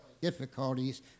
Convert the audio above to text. difficulties